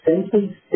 simply